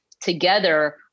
together